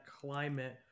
climate